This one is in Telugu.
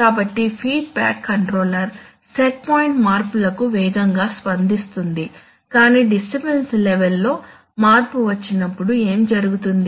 కాబట్టి ఫీడ్బ్యాక్ కంట్రోలర్ సెట్ పాయింట్ మార్పులకు వేగంగా స్పందింస్తుంది కానీ డిస్టర్బన్స్ లెవెల్ లో మార్పు వచ్చినప్పుడు ఎం జరుగుతుంది